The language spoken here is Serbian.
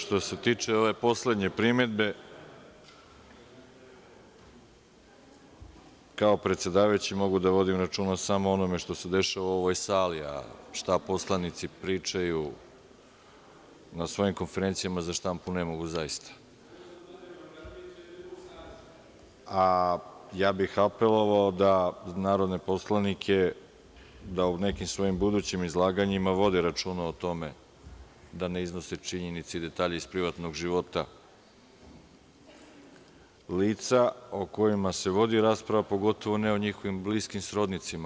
Što se tiče ove poslednje primedbe, kao predsedavajući mogu da vodim računa samo o onome što se dešava u ovoj sali, a šta poslanici pričaju na svojim konferencijama za štampu ne mogu zaista. (Nemanja Šarović, s mesta: Ovo za Obradovića je bilo u sali.) Apelovao bih na narodne poslanike da u nekim svojim budućim izlaganjima vode računa o tome da ne iznose činjenice i detalje iz privatnog života lica o kojima se vodi rasprava, a pogotovo ne o njihovim bliskim srodnicima.